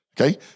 Okay